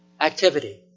Activity